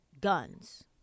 guns